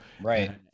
Right